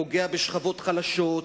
פוגע בשכבות חלשות,